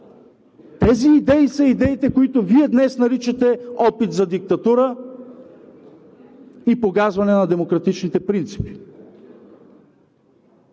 Тези идеи са идеите, които Вие днес наричате опит за диктатура и погазване на демократичните принципи.